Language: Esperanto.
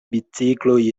bicikloj